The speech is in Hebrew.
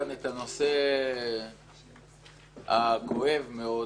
הדיון הזה הוא כמובן עוד הזדמנות אולי להעלות כאן את הנושא הכואב מאוד